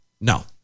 No